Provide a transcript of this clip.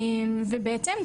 ובהתאם,